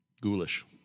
Ghoulish